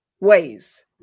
ways